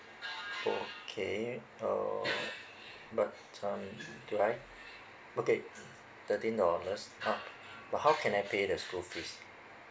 okay oh but um do I okay thirteen dollars uh how can I pay the school fees